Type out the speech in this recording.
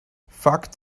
fakt